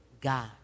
God